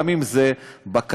גם אם זה בקצה,